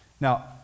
Now